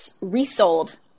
resold